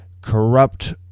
corrupt